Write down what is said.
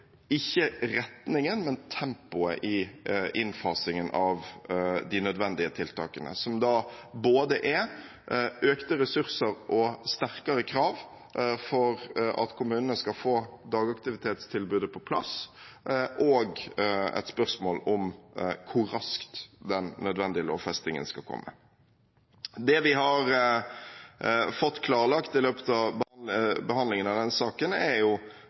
ikke retningen, men tempoet i innfasingen av de nødvendige tiltakene, som er både økte ressurser og sterkere krav for at kommunene skal få dagaktivitetstilbudet på plass og et spørsmål om hvor raskt den nødvendige lovfestingen skal komme. Det vi har fått klarlagt i løpet av behandlingen av denne saken, er